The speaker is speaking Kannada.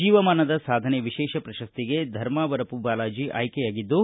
ಜೀವಮಾನದ ಸಾಧನೆ ವಿಶೇಷ ಪ್ರಶಸ್ತಿಗೆ ಶ್ರೀ ಧರ್ಮಾವರಪು ಬಾಲಾಜಿ ಆಯ್ಕೆಯಾಗಿದ್ದು